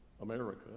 America